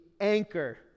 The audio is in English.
anchor